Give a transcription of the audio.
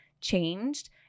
changed